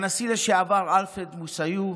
את הנשיא לשעבר אלפרד מויסיו,